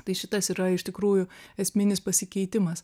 tai šitas yra iš tikrųjų esminis pasikeitimas